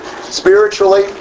spiritually